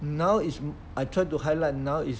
now is I try to highlight now is